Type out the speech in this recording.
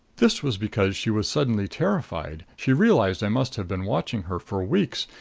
this was because she was suddenly terrified she realized i must have been watching her for weeks,